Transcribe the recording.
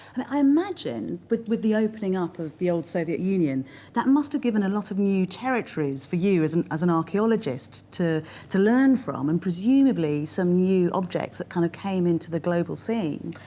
i imagine with with the opening up of the old soviet union that must have given a lot of new territories for you as an as an archaeologist to to learn from and presumably some new objects that kind of came into the global scene?